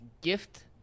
Gift